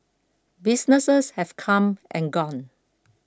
businesses have come and gone